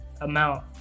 amount